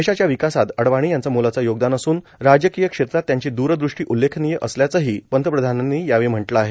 देशाच्या विकासात अडवाणी यांचं मोलाचं योगदान असून राजकीय क्षेत्रात त्यांची दूरदृष्टी उल्लेखनीय असल्याचं ही पंतप्रधानांनी म्हटलं आहे